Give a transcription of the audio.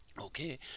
okay